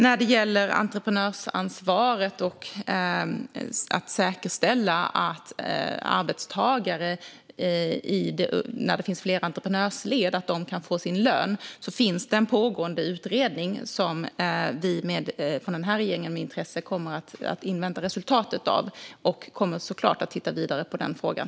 Vad gäller entreprenörsansvar och att säkerställa att arbetstagare får sin lön vid flera entreprenörsled pågår en utredning som regeringen med intresse kommer att invänta resultatet av, och vi kommer givetvis att titta vidare på frågan.